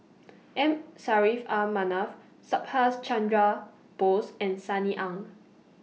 M Saffri A Manaf Subhas Chandra Bose and Sunny Ang